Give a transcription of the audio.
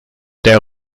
der